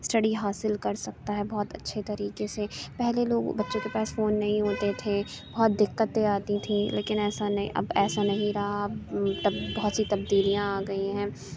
study حاصل کر سکتا ہے بہت اچھے طریقے سے پہلے لوگ بچوں کے پاس فون نہیں ہوتے تھے بہت دکتیں آتی تھیں لیکن ایسا نہیں اب ایسا نہیں رہا تب بہت سی تبدیلیاں آ گئیں ہیں